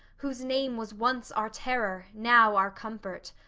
whose name was once our terror, now our comfort,